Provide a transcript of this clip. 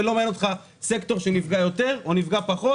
ולא מעניין אותך סקטור שנפגע יותר או נפגע פחות,